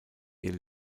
ihr